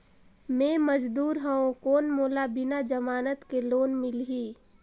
मे मजदूर हवं कौन मोला बिना जमानत के लोन मिलही?